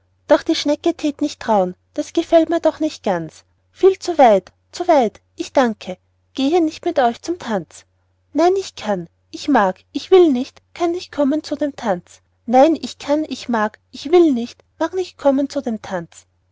doch die schnecke thät nicht trauen das gefällt mir doch nicht ganz viel zu weit zu weit ich danke gehe nicht mit euch zum tanz nein ich kann ich mag ich will nicht kann nicht kommen zu dem tanz nein ich kann ich mag ich will nicht mag nicht kommen zu dem tanz